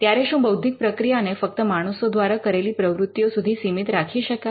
ત્યારે શું બૌદ્ધિક પ્રક્રિયાને ફક્ત માણસો દ્વારા કરેલી પ્રવૃત્તિઓ સુધી સીમિત રાખી શકાય